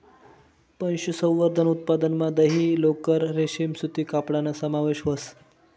पशुसंवर्धन उत्पादनमा दही, लोकर, रेशीम सूती कपडाना समावेश व्हस